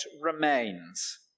remains